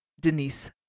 Denise